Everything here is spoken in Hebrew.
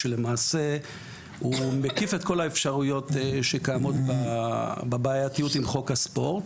שלמעשה הוא מקיף את כל האפשרויות שקיימות בבעייתיות עם חוק הספורט